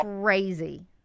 crazy